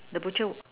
the butcher